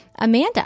Amanda